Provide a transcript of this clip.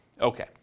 Okay